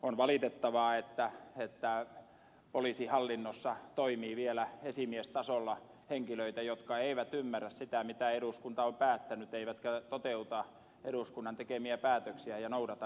on valitettavaa että poliisihallinnossa toimii vielä esimiestasolla henkilöitä jotka eivät ymmärrä sitä mitä eduskunta on päättänyt eivätkä toteuta eduskunnan tekemiä päätöksiä ja noudata niitä